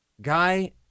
Guy